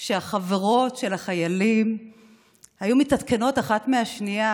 שהחברות של החיילים היו מתעדכנות אחת מהשנייה